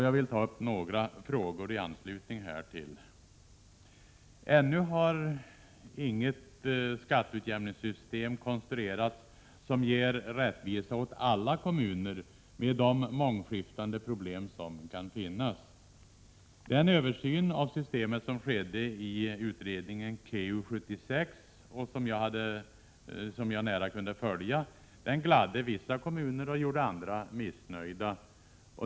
Jag vill ta upp några frågor i anslutning härtill. Ännu har inget skatteutjämningssystem konstruerats som ger rättvisa åt alla kommuner, med tanke på de mångskiftande problem som kan finnas. Den översyn av systemet som skedde i utredningen KEU-76 — som jag nära kunde följa — gladde vissa kommuner och gjorde andra missnöjda.